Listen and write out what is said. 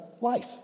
life